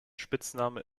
spitzname